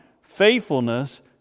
faithfulness